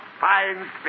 fine